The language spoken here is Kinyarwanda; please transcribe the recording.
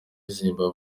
zimbabwe